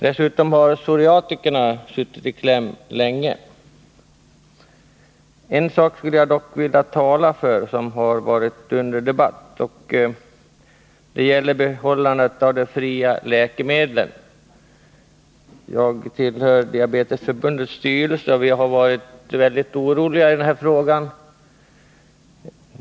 Dessutom har psoriatikerna suttit i kläm länge. En sak som har varit under debatt skulle jag dock vilja tala för. Det gäller frågan om bibehållandet av de fria läkemedlen. Jag tillhör Diabetesförbundets styrelse. Där har vi varit väldigt oroliga när det gäller den här frågan.